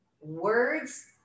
words